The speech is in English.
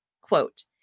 quote